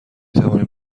توانیم